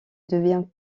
devient